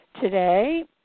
today